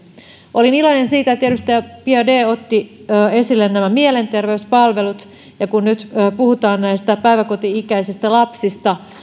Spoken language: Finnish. olin iloinen siitä että edustaja biaudet otti esille nämä mielenterveyspalvelut ja kun nyt puhutaan näistä päiväkoti ikäisistä lapsista